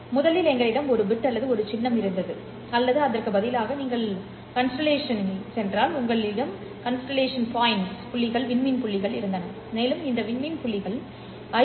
முதலில் எங்களிடம் ஒரு பிட் அல்லது ஒரு சின்னம் இருந்தது அல்லது அதற்கு பதிலாக நீங்கள் விண்மீன் கூட்டத்திற்குச் சென்றால் உங்களிடம் விண்மீன் புள்ளிகள் இருந்தன மேலும் இந்த விண்மீன் புள்ளிகள் ஐ